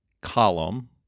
column